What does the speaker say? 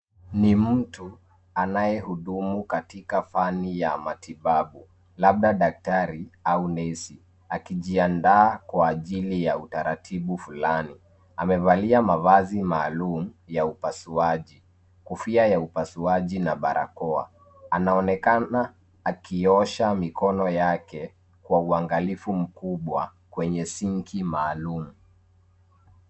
Ni mtu, anayehudumu katika fani ya matibabu, labda daktari, au nesi, akijiandaa kwa ajili ya utaratibu fulani. Amevalia mavazi maalum, ya upasuaji, kofia ya upasuaji na barakoa. Anaonekana akiosha mikono yake, kwa uangalifu mkubwa, kwenye sinki maalum.